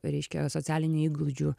reiškia socialinių įgūdžių